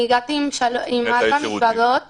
אני הגעתי עם ארבע מזוודות